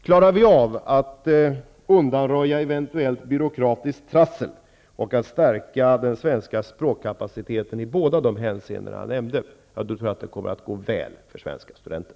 Klarar vi av att undanröja eventuellt byråkratiskt trassel och att stärka den svenska språkkapaciteten i båda dessa hänseenden, tror jag att det kommer att gå väl för svenska studenter.